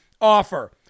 offer